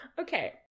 Okay